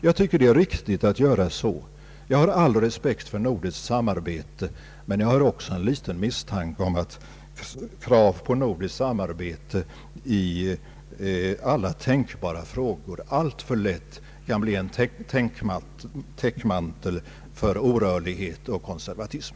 Jag tycker att den senare metoden är riktig. Jag har all respekt för nordiskt samarbete, men jag har också en liten misstanke om att krav på nordiskt samarbete i alla tänkbara frågor alltför lätt kan bli en täckmantel för orörlighet och konservatism.